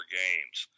games